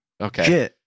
Okay